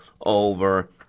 over